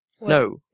No